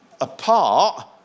apart